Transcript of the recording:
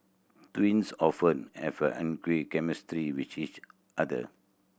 twins often have angry chemistry with each other